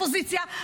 האופוזיציה,